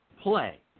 play